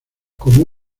como